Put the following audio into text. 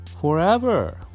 forever